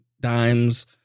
dimes